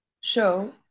show